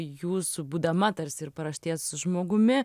jūsų būdama tarsi paraštės žmogumi